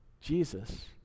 Jesus